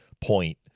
point